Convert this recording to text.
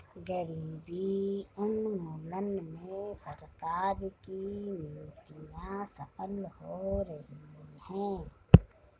गरीबी उन्मूलन में सरकार की नीतियां सफल हो रही हैं